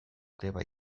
greba